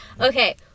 Okay